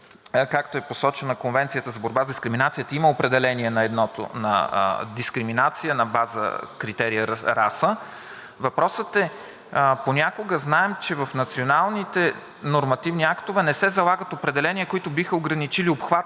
както е посочена Конвенцията за борба с дискриминацията, има определения на дискриминация на база критерия раса. Понякога знаем, че в националните нормативни актове не се залагат определения, които биха ограничили обхвата